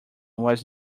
was